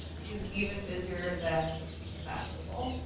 he's even busier than imaginable.